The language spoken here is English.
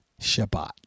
Shabbat